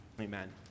Amen